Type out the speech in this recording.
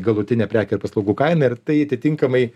galutinę prekių ir paslaugų kainą ir tai atitinkamai